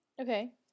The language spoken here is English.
okay